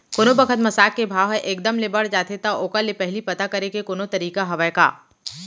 कोनो बखत म साग के भाव ह एक दम ले बढ़ जाथे त ओखर ले पहिली पता करे के कोनो तरीका हवय का?